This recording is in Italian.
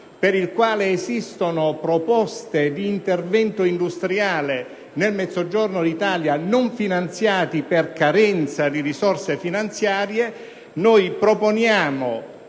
per il quale esistono proposte d'intervento industriale nel Mezzogiorno d'Italia non finanziate per carenze di risorse finanziarie, di collocare